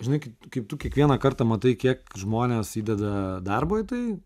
žinai kai kaip tu kiekvieną kartą matai kiek žmonės įdeda darbo į tai